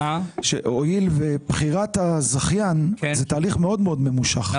הואיל ובחירת הזכיין זה תהליך מאוד ממושך,